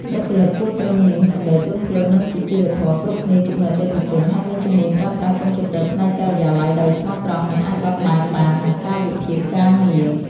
បុគ្គលិកគួរត្រូវមាន សំដីទន់ភ្លន់ និងសុជីវធម៌គ្រប់គ្នាជាមួយអតិថិជន ហើយមានជំនាញប្រើប្រាស់កុំព្យូទ័រផ្នែកការិយាល័យដោយស្មោះត្រង់ និងអាចបត់បែនបាននឹងកាលវិភាគការងារ។